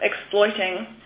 exploiting